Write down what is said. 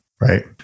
right